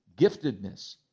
giftedness